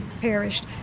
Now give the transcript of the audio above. perished